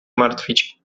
martwić